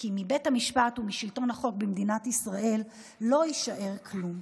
כי מבית המשפט ומשלטון החוק במדינת ישראל לא יישאר כלום.